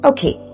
Okay